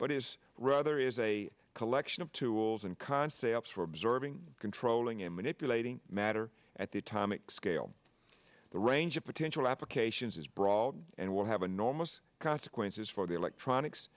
but is rather is a collection of tools and concepts for observing controlling and manipulative matter at the atomic scale the range of potential applications is broad and will have enormous consequences for the electronics